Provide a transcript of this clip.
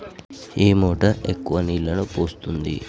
ఏ motor ఎక్కువ నీళ్లు పోస్తుంది?